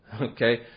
Okay